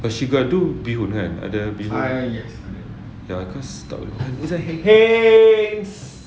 but she got do bee hoon kan ada bee hoon yeah cause tak boleh makan hey